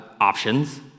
options